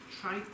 try